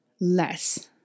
less